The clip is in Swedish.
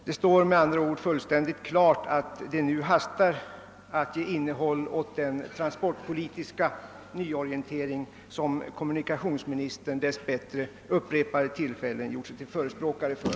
Det står med andra ord fullständigt klart att det nu hastar att ge innehåll åt den transportpolitiska nyorientering som kommunikationsministern dess bättre vid upprepade tillfällen gjort sig till förespråkare för.